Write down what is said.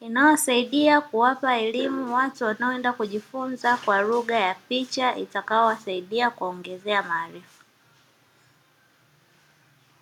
inayosaidia kuwapa elimu watu wanaoenda kujifunza kwa lugha ya picha itakayowasaidia kuwaongezea maarifa.